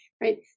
right